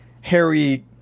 Harry